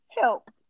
Help